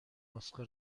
نسخه